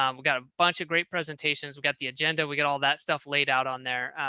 um we've got a bunch of great presentations, we've got the agenda, we get all that stuff laid out on there.